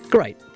Great